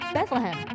Bethlehem